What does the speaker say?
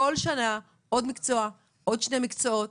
בכל שנה עוד מקצוע, עוד שני מקצועות.